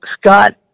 Scott